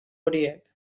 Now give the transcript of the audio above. horiek